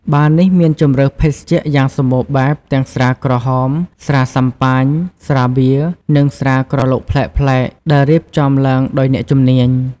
បារនេះមានជម្រើសភេសជ្ជៈយ៉ាងសម្បូរបែប ទាំងស្រាក្រហម ស្រាស៊ាំប៉ាញ ស្រាបៀរ និងស្រាក្រឡុកប្លែកៗ ដែលរៀបចំឡើងដោយអ្នកជំនាញ។